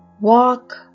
walk